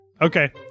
Okay